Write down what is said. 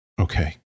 Okay